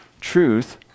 truth